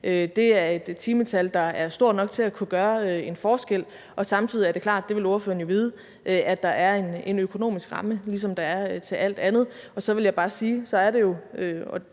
det er et timetal, der er stort nok til at kunne gøre en forskel, og samtidig er det klart – det vil ordføreren jo vide – at der er en økonomisk ramme, ligesom der er for alt andet. Og så vil jeg bare sige, at det jo